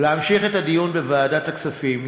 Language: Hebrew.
להמשיך את הדיון בוועדת הכספים,